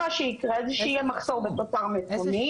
מה שיקרה זה שיהיה מחסור בצד המקומי,